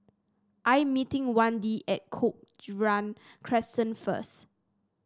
I'm meeting Wende at Cochrane Crescent first